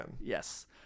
Yes